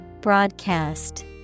Broadcast